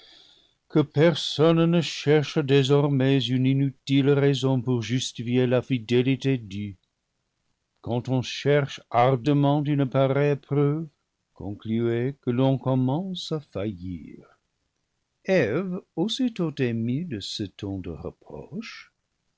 que personne ne cherche désormais une inutile raison pour justifier la fidélité due quand on cherche ardemment une pareille preuve concluez que l'on commence à faillir eve aussitôt émue de ce ton de reproche